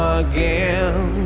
again